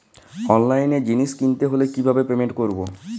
অনলাইনে জিনিস কিনতে হলে কিভাবে পেমেন্ট করবো?